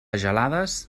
gelades